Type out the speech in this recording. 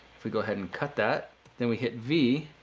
if we go ahead and cut that then we hit v,